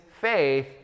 faith